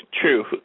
true